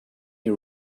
you